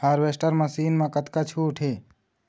Harvester machine मा कतका छूट हे?